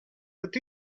that